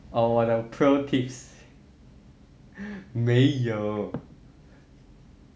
oh 我的 purities 没有